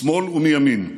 משמאל ומימין,